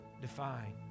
define